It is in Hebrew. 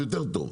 יותר טוב.